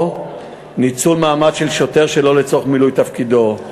או ניצול מעמד של שוטר שלא לצורך מילוי תפקידו,